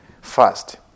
first